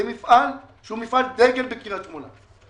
זה מפעל שהוא מפעל דגל בקריית שמונה.